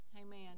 Amen